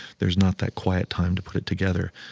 there's not that quiet time to put it together.